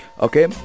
Okay